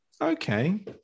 Okay